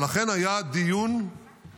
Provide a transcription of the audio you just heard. אבל אכן היה דיון אמיתי